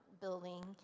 building